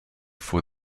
for